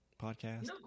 podcast